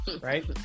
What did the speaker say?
Right